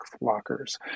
lockers